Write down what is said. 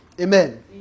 Amen